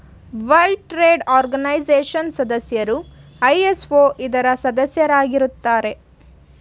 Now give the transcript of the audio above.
world trade organisation ಸದಸ್ಯರು ISO ಇದರ ಸದಸ್ಯರಾಗಿರುತ್ತಾರೆ